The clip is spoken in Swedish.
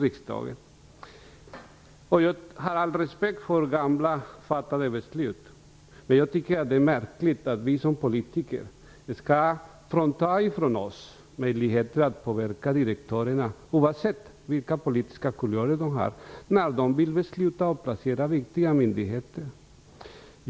Jag har all respekt för fattade beslut, men jag tycker att det är märkligt att vi som politiker skall fråntas möjligheter att påverka direktörerna, oavsett vilka politiska kulörer de har, när de vill besluta om var man skall placera viktiga myndigheter.